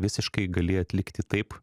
visiškai gali atlikti taip